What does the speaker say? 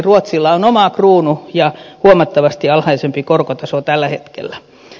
ruotsilla on oma kruunu ja huomattavasti alhaisempi korkotaso tällä hetkellä